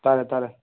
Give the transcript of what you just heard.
ꯇꯥꯔꯦ ꯇꯥꯔꯦ